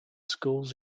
schools